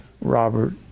Robert